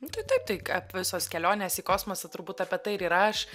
nu tai taip tai ap visos kelionės į kosmosą turbūt apie tai ir yra aš